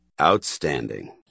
Outstanding